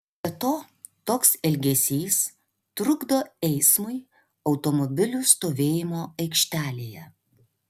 be to toks elgesys trukdo eismui automobilių stovėjimo aikštelėje